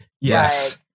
yes